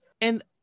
And-